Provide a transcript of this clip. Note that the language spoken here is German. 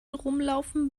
rumlaufen